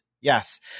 Yes